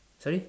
sorry